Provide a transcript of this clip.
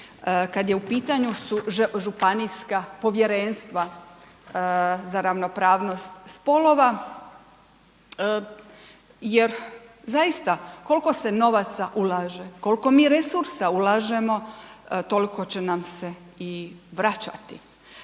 kad je u pitanju županijska povjerenstva za ravnopravnost spolova, jer zaista koliko se novaca ulaže, koliko mi resursa ulažemo, toliko će nam se i vraćati.